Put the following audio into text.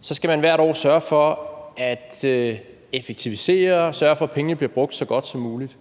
skal man hvert år sørge for at effektivisere og sørge for, at pengene bliver brugt så godt som muligt.